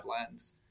lens